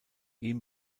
ihm